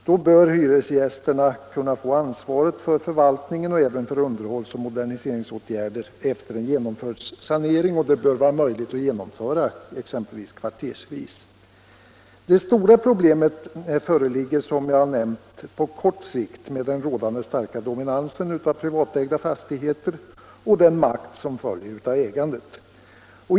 Då bör hyresgästerna kunna få ansvaret för förvaltningen och även för underhållsoch moderniseringsåtgärder efter en sanering. Sådant bör vara möjligt att genomföra exempelvis kvartersvis. Det stora problemet föreligger som jag nämnt på kort sikt med den rådande starka dominansen av privatägda fastigheter och den makt som följer av ägandet.